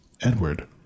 Edward